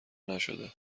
نشده